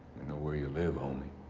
know where you live, homie.